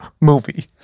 movie